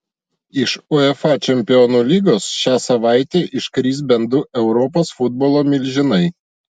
iš uefa čempionų lygos šią savaitę iškris bent du europos futbolo milžinai